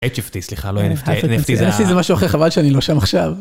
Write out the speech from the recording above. HFT סליחה לא NFT, NFT זה משהו אחר, חבל שאני לא שם עכשיו.